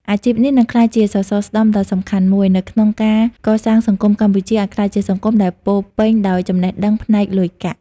អាជីពនេះនឹងក្លាយជាសសរស្តម្ភដ៏សំខាន់មួយ នៅក្នុងការកសាងសង្គមកម្ពុជាឱ្យក្លាយជាសង្គមដែលពោរពេញដោយចំណេះដឹងផ្នែកលុយកាក់។